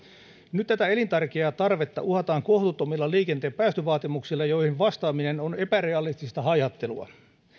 nyt tätä elintärkeää tarvetta uhataan kohtuuttomilla liikenteen päästövaatimuksilla joihin vastaaminen on epärealistista haihattelua